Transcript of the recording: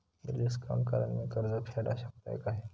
Bill discount करान मी कर्ज फेडा शकताय काय?